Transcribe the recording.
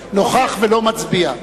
בהצבעה נוכח ולא מצביע.